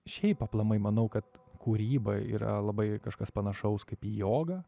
šiaip aplamai manau kad kūryba yra labai kažkas panašaus kaip joga